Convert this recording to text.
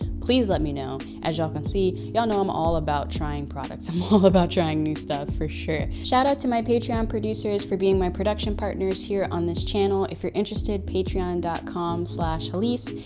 please let me know. as y'all can see, y'all know i'm all about trying products. i'm all about trying new stuff, for sure. shout out to my patreon um producers for being my production partners here on this channel. if you're interested, patreon and com hallease,